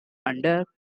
under